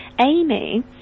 Amy